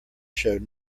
showed